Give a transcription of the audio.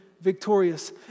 victorious